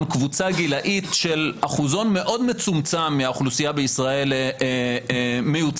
קבוצה גילאית של אחוזון מאוד מצומצם מהאוכלוסייה בישראל מיוצג